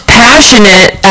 passionate